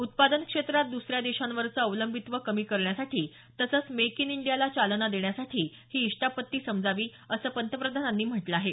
उत्पादन क्षेत्रात दुसऱ्या देशांवरचं अवलंबित्व कमी करण्यासाठी तसंच मेक इन इंडियाला चालना देण्यासाठी ही इष्टापत्ती समजावी असं पंतप्रधानांनी म्हटलं आहे